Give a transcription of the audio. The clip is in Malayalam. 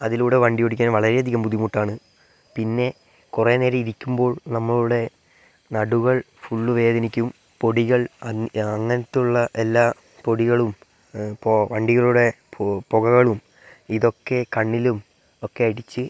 അതിലൂടെ വണ്ടി ഓടിക്കാൻ വളരെയധികം ബുദ്ധിമുട്ടാണ് പിന്നെ കുറേ നേരം ഇരിക്കുമ്പോൾ നമ്മളുടെ നടുകൾ ഫുള്ള് വേദനിക്കും പൊടികൾ അങ്ങനത്തെ ഉള്ള എല്ലാ പൊടികളും പോ വണ്ടികളുടെ പുകകളും ഇതൊക്കെ കണ്ണിലും ഒക്കെ അടിച്ച്